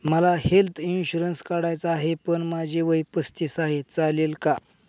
मला health insurance काढायचा आहे पण माझे वय पस्तीस आहे, चालेल का?